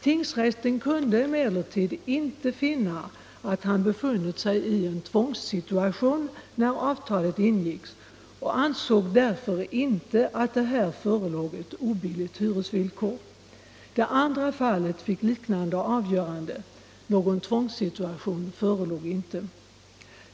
Tingsrätten kunde emellertid inte finna att han befunnit sig i en tvångssituation när avtalet ingicks och ansåg därför inte att det här förelåg ett obilligt hyresvillkor. Det andra fallet fick liknande avgörande. Någon tvångssituation förelåg inte.